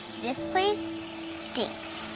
this place stinks.